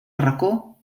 racó